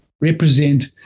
represent